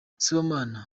sibomana